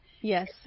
Yes